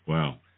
Wow